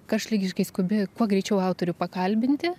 karštligiškai skubi kuo greičiau autorių pakalbinti